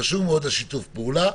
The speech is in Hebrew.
חשוב מאוד שיתוף הפעולה.